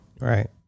Right